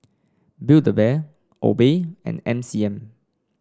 Build A Bear Obey and M C M